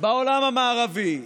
בעולם המערבי,